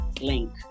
link